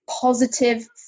positive